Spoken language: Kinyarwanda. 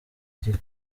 gihe